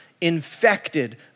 infected